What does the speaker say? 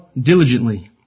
diligently